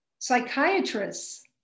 psychiatrists